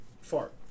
fart